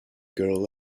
girl